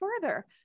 further